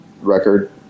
record